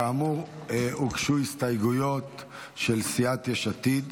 כאמור, הוגשו הסתייגויות של סיעת יש עתיד.